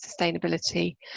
sustainability